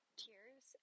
tears